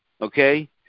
okay